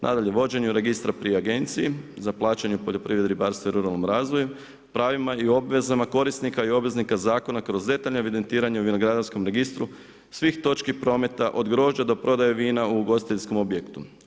Nadalje vođenje registra pri agenciji za plaćanje u poljoprivredi, ribarstvu i ruralnom razvoju, pravima i obvezama korisnika i obveznika zakona kroz detaljno evidentiranje u vinogradarskom registru, svih točki prometa od grožđa do prodaje vina u ugostiteljskom objektu.